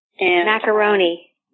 Macaroni